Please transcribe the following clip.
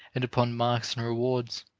and upon marks and rewards,